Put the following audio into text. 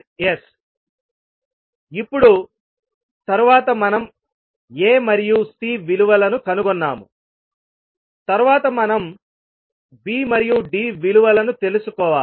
0588S ఇప్పుడు తరువాత మనం A మరియు C విలువలను కనుగొన్నాము తరువాత మనం B మరియు D విలువలను తెలుసుకోవాలి